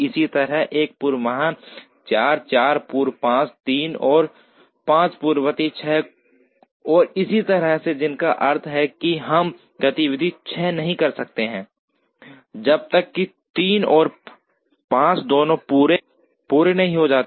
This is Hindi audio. इसी तरह 1 पूर्वाह्न 4 4 पूर्व 5 3 और 5 पूर्ववर्ती 6 और इसी तरह जिसका अर्थ है कि हम गतिविधि 6 नहीं कर सकते हैं जब तक 3 और 5 दोनों पूरे नहीं हो जाते